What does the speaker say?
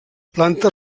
planta